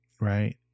Right